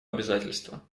обязательство